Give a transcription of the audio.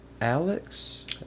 Alex